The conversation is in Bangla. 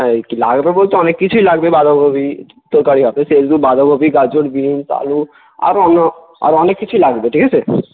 হ্যাঁ একটু লাগবে বলতে অনেক কিছুই লাগবে বাঁধাকপি তরকারি হবে সেহেতু বাঁধাকপি গাজর বিনস আলু আরও অন্য আরও অনেক কিছুই লাগবে ঠিক আছে